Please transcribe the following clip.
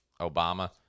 Obama